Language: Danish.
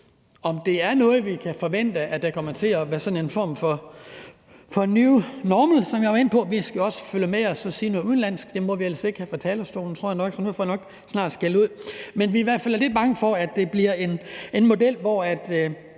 om det er noget, vi kan forvente kommer til at være en form for new normal, som jeg var inde på – vi skal jo også følge med og sige noget på udenlandsk; det må vi ellers ikke her fra talerstolen, tror jeg nok, så nu får jeg nok snart skældud. Men vi er i hvert fald lidt bange for, at det bliver en model, der